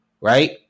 Right